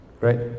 right